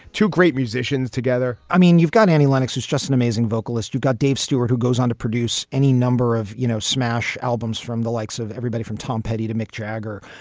two great musicians together i mean, you've got annie lennox, who's just an amazing vocalist. you got dave stewart, who goes on to produce any number of, you know, smash albums from the likes of everybody from tom petty to mick jagger.